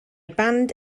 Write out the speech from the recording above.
band